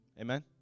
Amen